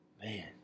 man